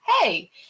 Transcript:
hey